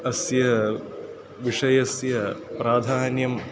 अस्य विषयस्य प्राधान्यं